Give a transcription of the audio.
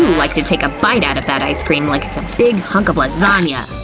like to take a bit out of that ice cream like its a pig hunk of lasagna!